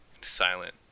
silent